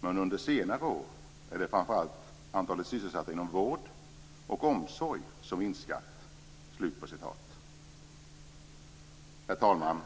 men under senare år är det framför allt antalet sysselsatta inom vård och omsorg som minskat." Herr talman!